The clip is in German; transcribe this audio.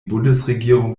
bundesregierung